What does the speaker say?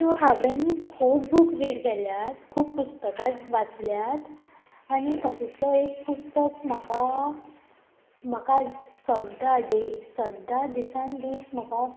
so हांवेन खूब book read केल्यात खूब पुस्तकां वाचल्यात आनी तातूंतलो एक पुस्तक म्हाका म्हाका सद्दा डे सद्दा दिसान दीस म्हाका